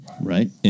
right